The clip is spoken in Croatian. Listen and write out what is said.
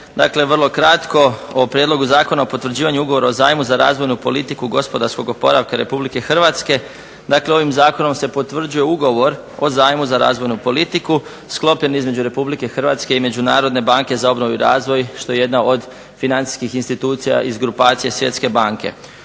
Dakle, vrlo kratko o Prijedlogu zakona o potvrđivanju Ugovora o zajmu za razvojnu politiku gospodarskog oporavka Republike Hrvatske. Dakle, ovim zakonom se potvrđuje ugovor o zajmu za razvojnu politiku sklopljen između Republike Hrvatske i Međunarodne banke za obnovu i razvoj što je jedna od financijskih institucija iz grupacije Svjetske banke.